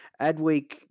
Adweek